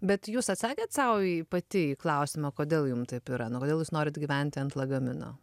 bet jūs atsakėt sau į pati į klausimą kodėl jum taip yra nu kodėl jūs norit gyventi ant lagamino